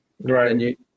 Right